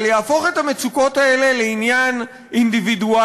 אבל יהפוך את המצוקות האלה לעניין אינדיבידואלי,